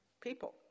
people